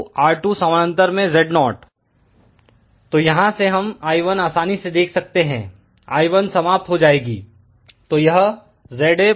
Zo तो यहां से हम I1 आसानी से देख सकते हैं I1 समाप्त हो जाएगी तो यह ZA R2